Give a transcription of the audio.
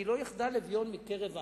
כי לא יחדל אביון מקרב הארץ,